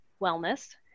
wellness